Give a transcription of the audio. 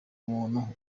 umuntu